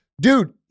dude